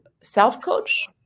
self-coach